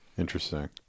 interesting